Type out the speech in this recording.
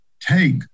take